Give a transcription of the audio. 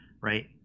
right